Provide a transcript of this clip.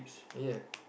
ya